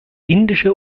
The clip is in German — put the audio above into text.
indische